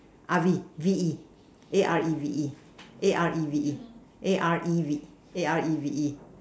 Areve V E A R E V E A R E V E A R E V E A R E V E